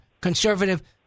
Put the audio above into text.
conservative